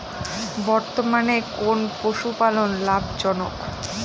বর্তমানে কোন পশুপালন লাভজনক?